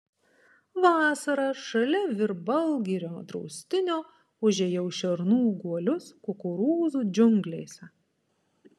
vasarą šalia virbalgirio draustinio užėjau šernų guolius kukurūzų džiunglėse